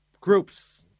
groups